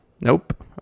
Nope